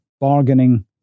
bargaining